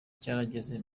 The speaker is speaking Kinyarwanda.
cyarageze